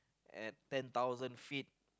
at ten thousand feet